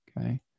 okay